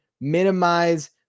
minimize